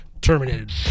terminated